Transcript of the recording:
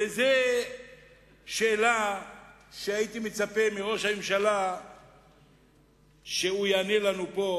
וזאת שאלה שהייתי מצפה מראש הממשלה שהוא יענה עליה לנו פה,